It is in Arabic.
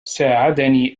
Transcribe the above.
ساعدني